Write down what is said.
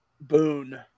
Boone